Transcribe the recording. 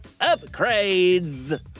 upgrades